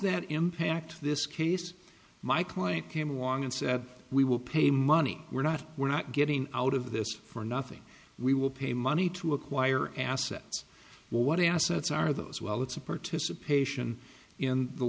that impact this case my client came along and said we will pay money we're not we're not getting out of this for nothing we will pay money to acquire assets what assets are those well it's a participation in the